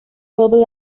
verbal